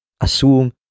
assume